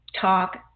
talk